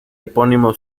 epónimo